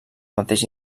mateix